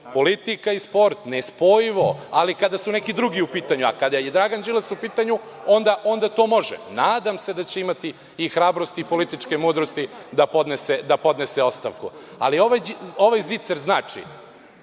Politika i sport, nespojivo, ali kada su neki drugi u pitanju, a kada je Dragan Đilas u pitanju onda to može. Nadam se da će imati i hrabrosti i političke mudrosti da podnese ostavku. Ali, ovaj zicer znači